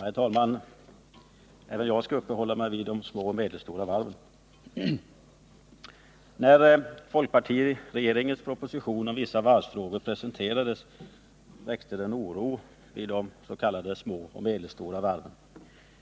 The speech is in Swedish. Herr talman! Även jag skall uppehålla mig vid de små och medelstora varven. När folkpartiregeringens proposition om vissa varvsfrågor presenterades väckte den oro vid de s.k. små och medelstora varven